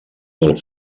del